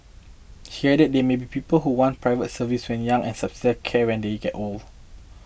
he added there may be people who want private service when young and subsidised care when they get old